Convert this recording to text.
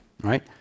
right